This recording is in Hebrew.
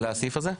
לסעיף הזה?